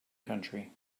country